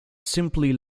simply